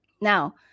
Now